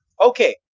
Okay